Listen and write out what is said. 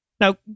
Now